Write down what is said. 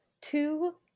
two